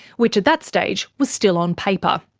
which at that stage was still on paper.